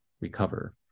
recover